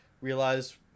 realize